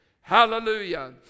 Hallelujah